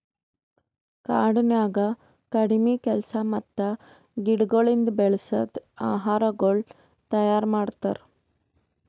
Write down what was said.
ಕಾಡನ್ಯಾಗ ಕಡಿಮಿ ಕೆಲಸ ಮತ್ತ ಗಿಡಗೊಳಿಂದ್ ಬೆಳಸದ್ ಆಹಾರಗೊಳ್ ತೈಯಾರ್ ಮಾಡ್ತಾರ್